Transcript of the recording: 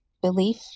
Belief